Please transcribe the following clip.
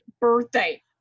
birthday